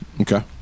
Okay